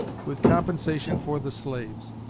with compensation for the slaves.